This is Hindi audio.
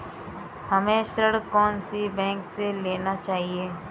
हमें ऋण कौन सी बैंक से लेना चाहिए?